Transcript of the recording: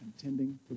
contending